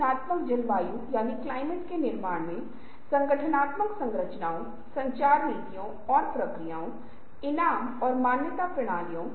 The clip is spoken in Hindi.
रचनात्मक विचारों को उत्पन्न करने के लिए एनालॉग सादृश्य बहुत शक्तिशाली उपकरण हैं और मुझे आशा है कि आप इसे भी आजमाएंगे